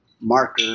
marker